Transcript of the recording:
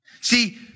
See